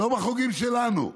לא בחוגים שלנו.